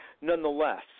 nonetheless